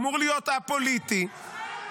אמור להיות א-פוליטי -- די,